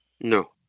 No